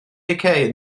decay